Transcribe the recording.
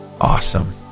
Awesome